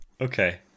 Okay